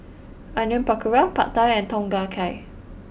Onion Pakora Pad Thai and Tom Kha Gai